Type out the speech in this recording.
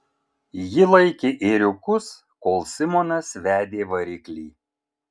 ji laikė ėriukus kol simonas vedė variklį